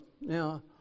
Now